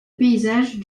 paysage